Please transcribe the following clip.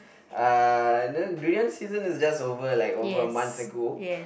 uh durian season is just over like over a month ago